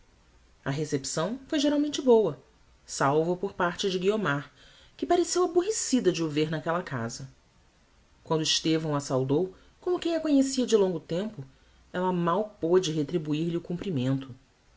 a recepção foi geralmente boa salvo por parte de guiomar que pareceu aborrecida de o ver naquella casa quando estevão a saudou como quem a conhecia de longo tempo ella mal pode retribuir lhe o cumprimento